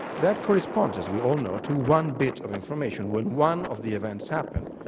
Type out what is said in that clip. that corresponds, as we all know, to one bit of information when one of the events happens,